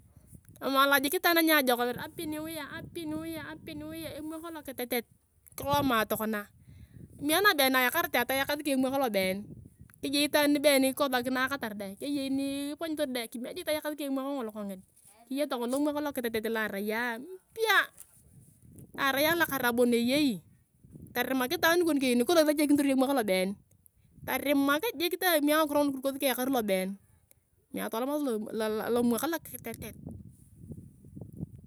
Kimala jik aniajekon happy new year twenty twenty three emwak lokitetet kiloma tokona kime nabeen ayakarete toyakasi ka emwak lobeen keyei itaan nibeen ikosakinakatar deng keyei nikipanyutor deng kime jik toekasi ka emak ngolo jik kiya tokona lomwak lokotetet loa arai mpya loarai alakara bon eyei torimak itaan kon keyei nibeen isechakinitor iyong emak lobeen torimak jiik kimengakiro nguna kirukosi ka ekaru lobeen kime atolomasi lomwak lokitetet.